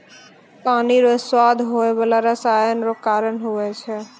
पानी रो स्वाद होय बाला रसायन रो कारण हुवै छै